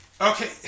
Okay